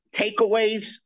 takeaways